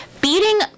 beating